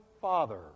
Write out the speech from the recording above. father